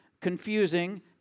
confusing